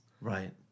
Right